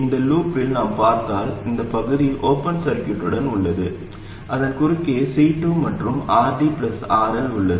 இந்த லூப்பில் நாம் பார்த்தால் இந்த பகுதி ஓபன் சர்கியூட்டுடன் உள்ளது அதன் குறுக்கே C2 மற்றும் RD RL உள்ளது